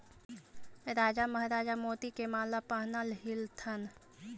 राजा महाराजा मोती के माला पहनऽ ह्ल्थिन